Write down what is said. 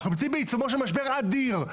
אנחנו נמצאים בעיצומו של משבר אדיר,